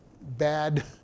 bad